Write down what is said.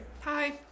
Hi